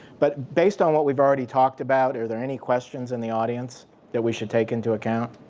but base on what we've already talked about, are there any questions in the audience that we should take into account?